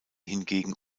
hingegen